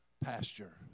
pasture